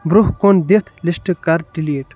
برونٛہہ کُن دِتھ لسٹ کر ڈیلیٹ